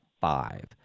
five